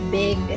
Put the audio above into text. big